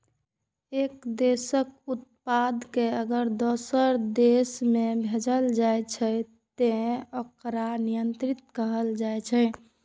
एक देशक उत्पाद कें अगर दोसर देश मे बेचल जाइ छै, तं ओकरा निर्यात कहल जाइ छै